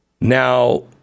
now